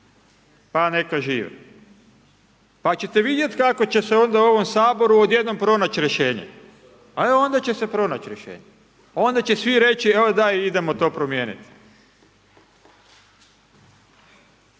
pa neka žive. Pa ćete vidjeti kako će se onda u ovom Saboru odjednom pronaći rješenje, e onda će se pronaći rješenje. Onda će svi reći joj da idemo to promijeniti.